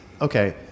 okay